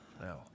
no